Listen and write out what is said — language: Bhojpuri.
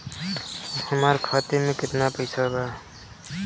हमार खाता मे केतना पैसा बा?